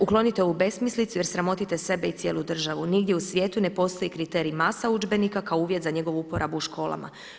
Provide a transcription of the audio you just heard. Uklonite ovu besmislicu jer sramotite sebe i cijelu državu, nigdje u svijetu ne postoji kriterij masa udžbenika kao uvjet za njegovu uporabu u školama.